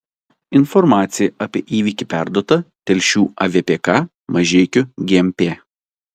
informacija apie įvykį perduota telšių avpk mažeikių gmp